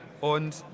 Und